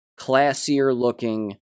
classier-looking